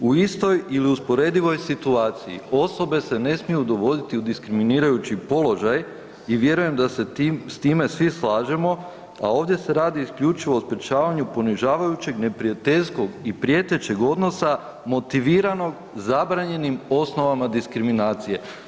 U istoj ili u usporedivoj situaciji osobe se ne smiju dovoditi u diskriminirajući položaj i vjerujem da se s time svi slažemo, a ovdje se radi isključivo o sprječavanju ponižavajućeg, neprijateljskog i prijetećeg odnosa motiviranog zabranjenim osnovama diskriminacije.